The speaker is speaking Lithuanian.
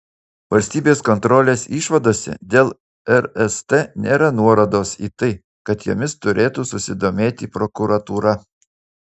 valstybės kontrolės išvadose dėl rst nėra nuorodos į tai kad jomis turėtų susidomėti prokuratūra